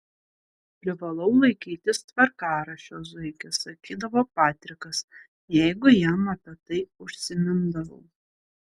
privalau laikytis tvarkaraščio zuiki sakydavo patrikas jeigu jam apie tai užsimindavau